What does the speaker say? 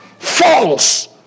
false